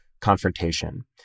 confrontation